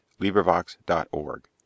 LibriVox.org